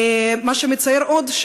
מה שמצער עוד,